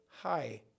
hi